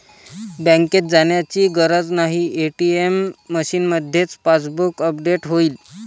बँकेत जाण्याची गरज नाही, ए.टी.एम मशीनमध्येच पासबुक अपडेट होईल